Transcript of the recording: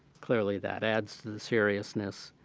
clearly, that adds to the seriousness